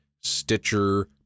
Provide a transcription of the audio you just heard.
Stitcher